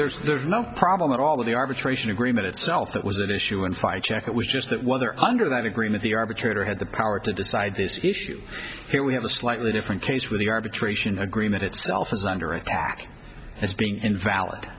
there's there's no problem at all the arbitration agreement itself that was an issue in fight check it was just that whether under that agreement the arbitrator had the power to decide this issue here we have a slightly different case where the arbitration agreement itself is under attack as being invalid